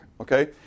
okay